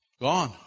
Gone